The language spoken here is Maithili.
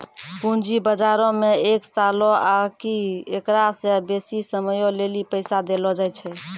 पूंजी बजारो मे एक सालो आकि एकरा से बेसी समयो लेली पैसा देलो जाय छै